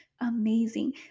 amazing